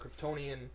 Kryptonian